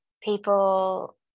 people